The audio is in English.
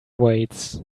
weights